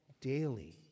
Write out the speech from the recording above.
daily